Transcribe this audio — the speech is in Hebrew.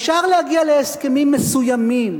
אפשר להגיע להסכמים מסוימים,